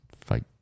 fight